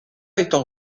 étant